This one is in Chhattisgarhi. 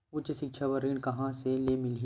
उच्च सिक्छा बर ऋण कहां ले मिलही?